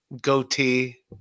goatee